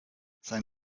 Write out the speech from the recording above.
sein